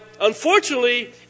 Unfortunately